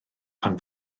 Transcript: pan